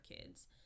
kids